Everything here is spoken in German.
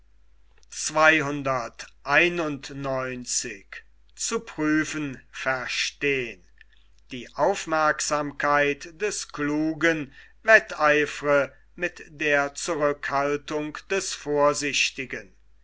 die aufmerksamkeit des klugen wetteifre mit der zurückhaltung des vorsichtigen